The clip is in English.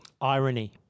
Irony